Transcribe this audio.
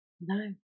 No